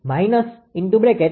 તેથી છે